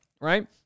right